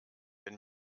wenn